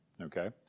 okay